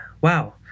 Wow